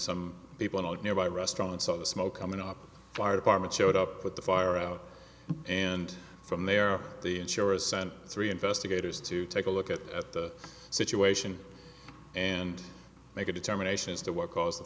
some people at nearby restaurant saw the smoke coming up fire department showed up put the fire out and from there the insurers sent three investigators to take a look at the situation and make a determination as to what caused the